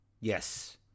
Yes